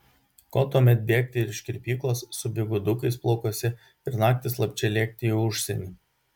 ko tuomet bėgti iš kirpyklos su bigudukais plaukuose ir naktį slapčia lėkti į užsienį